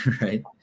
Right